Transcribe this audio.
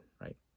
right